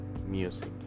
music